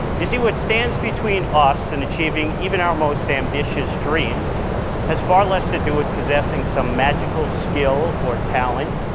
you see, what stands between us and achieving even our most ambitious dreams has far less to do with possessing some magical skill or talent,